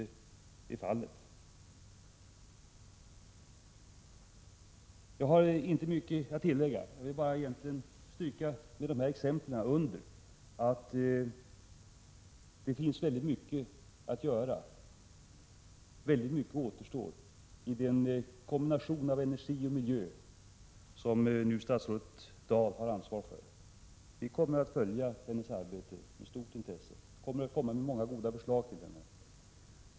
Jag har inte mycket att tillägga. Jag vill bara med dessa exempel stryka under att det finns mycket att göra och att mycket återstår i kombinationen av energi och miljö, som nu statsrådet Birgitta Dahl har ansvar för. Vi kommer att följa hennes arbete med stort intresse och ge många goda förslag till henne.